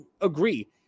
agree